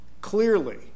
clearly